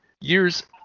years